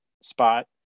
spot